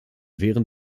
während